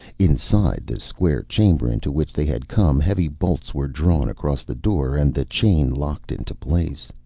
inside the square chamber into which they had come heavy bolts were drawn across the door, and the chain locked into place.